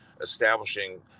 establishing